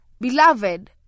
Beloved